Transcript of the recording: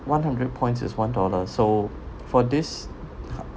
one hundred points is one dollar so for this